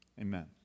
Amen